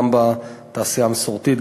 גם בתעשייה המסורתית,